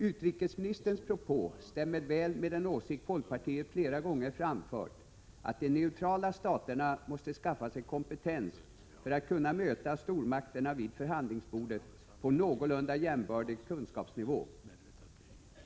Utrikesministerns propå stämmer väl med den åsikt folkpartiet flera gånger framfört, att de neutrala staterna måste skaffa sig kompetens för att kunna möta stormakterna vid förhandlingsbordet på en någorlunda jämbördig kunskapsnivå.